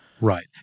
Right